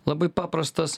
labai paprastas